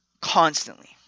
constantly